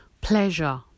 pleasure